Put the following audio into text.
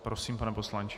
Prosím, pane poslanče.